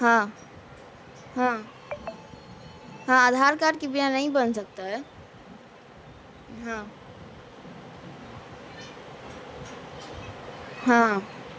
ہاں ہاں ہاں آدھار کارڈ کی بنا نہیں بن سکتا ہے ہاں ہاں